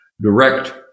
Direct